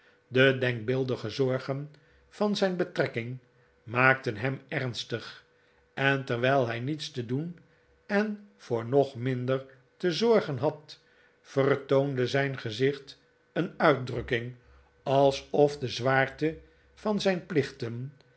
de denkbeeldige zorgen van zijn betrekking maakten hem ernstig en terwijl hij niets te doen en voor nog minder te zorgen had vertoonde zijn gezicht een uitdrukking alsof de zwaarte van zijn plichten